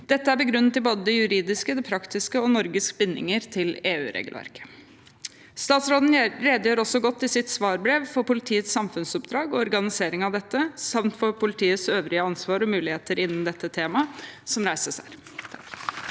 Dette er begrunnet i både det juridiske, det praktiske og Norges bindinger til EU-regelverket. Statsråden redegjør også godt i sitt svarbrev for politiets samfunnsoppdrag og organisering av dette, samt for politiets øvrige ansvar og muligheter innen dette temaet som reises her.